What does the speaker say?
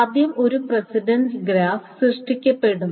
ആദ്യം ഒരു precedence graph സൃഷ്ടിക്കപ്പെടുന്നു